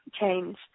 change